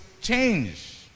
change